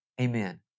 Amen